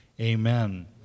Amen